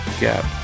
gap